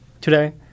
today